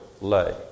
lay